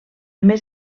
més